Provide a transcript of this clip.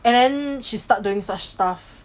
and then she start doing such stuff